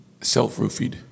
Self-roofied